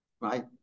Right